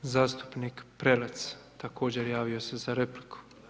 Zastupnik Prelec također javio se za repliku.